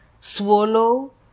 Swallow